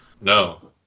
No